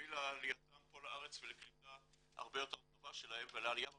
ונביא לעלייתם פה לארץ ולקליטה הרבה יותר טובה שלהם ולעלייה במספרים.